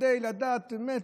כדי לדעת באמת,